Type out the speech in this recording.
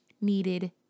needed